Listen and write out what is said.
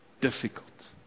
difficult